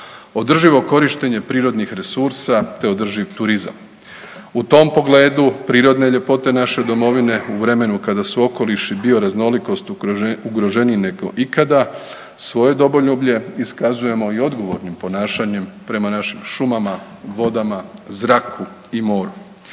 održivo korištenje prirodnih resursa te održiv turizam. U tom pogledu, prirodne ljepote naše domovine u vremenu kada su okoliš i bioraznolikost ugroženiji nego ikada, svoje domoljublje iskazujemo i odgovornim ponašanjem prema našim šumama, vodama, zraku i moru.